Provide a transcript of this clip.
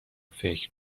فکر